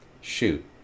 shoot